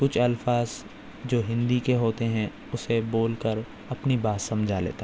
کچھ الفاظ جو ہندی کے ہوتے ہیں اسے بول کر اپنی بات سمجھا لیتا ہے